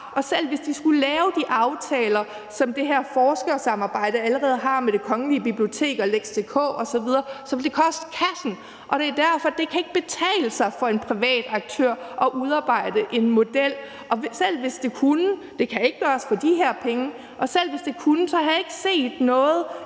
Og selv hvis de skulle lave de aftaler, som det her forskersamarbejde allerede har med Det Kgl. Bibliotek og lex.dk osv., vil det koste kassen. Så det kan ikke betale sig for en privat aktør at udarbejde en model. Selv hvis det kunne – det kan ikke gøres